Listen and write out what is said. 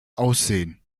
aussehen